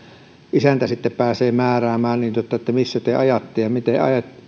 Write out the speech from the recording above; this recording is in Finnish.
isäntä sitten pääsee määräämään että missä te ajatte ja